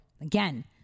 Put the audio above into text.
Again